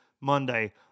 Monday